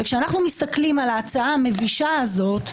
כשהסתכלתי על ההצעה המבישה הזאת,